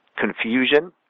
confusion